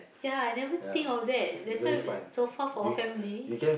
ya I never think of that that's why so far for a family